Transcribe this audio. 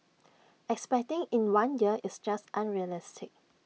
expecting in one year is just unrealistic